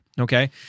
okay